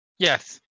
Yes